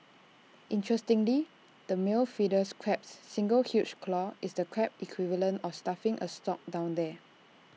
interestingly the male Fiddlers crab's single huge claw is the Crab equivalent of stuffing A stock down there